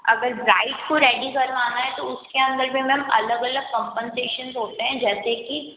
अगर ब्राइड को रेडी करवाना है तो उसके अन्दर पे मैम अलग अलग कंपनसेशन होते हैं जैसे कि